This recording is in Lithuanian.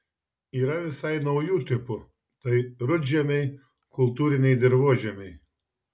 yra visai naujų tipų tai rudžemiai kultūriniai dirvožemiai